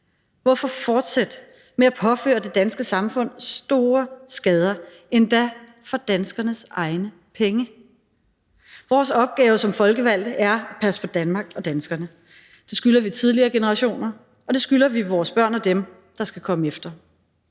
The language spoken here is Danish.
Hvorfor fortsætte med at påføre det danske samfund store skader, endda for danskernes egne penge? Vores opgave som folkevalgte er at passe på Danmark og danskerne. Det skylder vi tidligere generationer, og det skylder vi vores børn og dem, der skal komme efter.